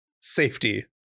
safety